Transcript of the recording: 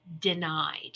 denied